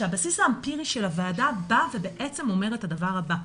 שהבסיס האמפירי של הוועדה בא ובעצם אומרת את הדבר הבא,